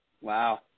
wow